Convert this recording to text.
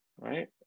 right